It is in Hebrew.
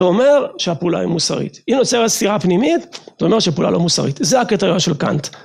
‫זה אומר שהפעולה היא מוסרית. ‫אם נוצרת סתירה פנימית, ‫זה אומר שפעולה לא מוסרית. ‫זה הקריטריון של קאנט.